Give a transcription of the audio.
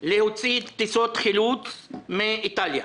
להוציא שתי טיסות חילוץ מאיטליה.